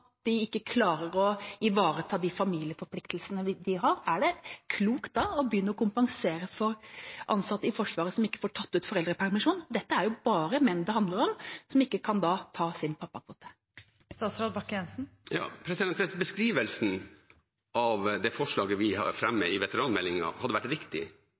de ikke klarer å ivareta de familieforpliktelsene de har. Er det da klokt å begynne å kompensere ansatte i Forsvaret som ikke får tatt ut foreldrepermisjon? Det er jo bare menn dette handler om, som da ikke kan ta sin pappakvote. Hvis beskrivelsen av det forslaget vi har lagt fram i veteranmeldingen, hadde vært riktig